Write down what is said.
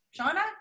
Shauna